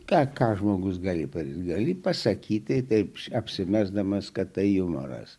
tą ką žmogus gali pats gali pasakyti taip apsimesdamas kad tai jumoras